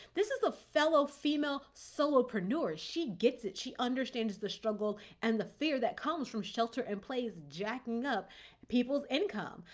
this is a fellow female solopreneur. she gets it. she understands the struggle and the fear that comes from shelter in place jacking up people's income.